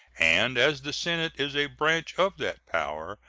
and as the senate is a branch of that power,